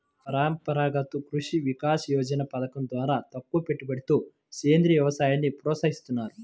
పరంపరాగత కృషి వికాస యోజన పథకం ద్వారా తక్కువపెట్టుబడితో సేంద్రీయ వ్యవసాయాన్ని ప్రోత్సహిస్తున్నారు